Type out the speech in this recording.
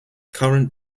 current